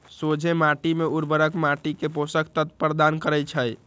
सोझें माटी में उर्वरक माटी के पोषक तत्व प्रदान करै छइ